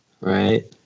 right